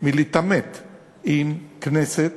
להתעמת עם כנסת